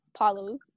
Paulos